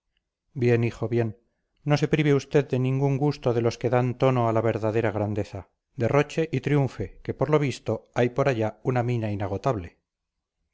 bien hijo bien no se prive usted de ningún gusto de los que dan tono a la verdadera grandeza derroche y triunfe que por lo visto hay por allá una mina inagotable